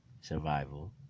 Survival